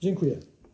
Dziękuję.